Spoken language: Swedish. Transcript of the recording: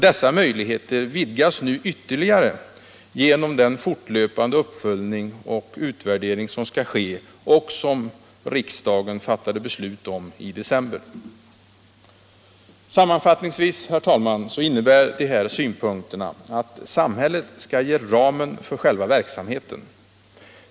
Dessa möjligheter vidgas nu ytterligare genom den fortlöpande uppföljning och utvärdering som riksdagen fattade beslut om i december. Sammanfattningsvis, herr talman, innebär de här synpunkterna att samhället skall ge ramen för själva verksamheten.